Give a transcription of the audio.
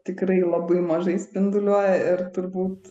tikrai labai mažai spinduliuoja ir turbūt